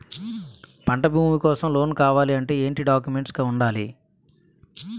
పంట భూమి కోసం లోన్ కావాలి అంటే ఏంటి డాక్యుమెంట్స్ ఉండాలి?